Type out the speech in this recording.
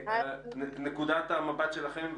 נקודת המבט שלכם,